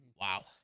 Wow